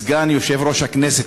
סגן יושב-ראש הכנסת,